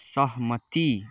सहमति